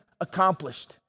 accomplished